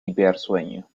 hipersueño